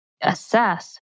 assess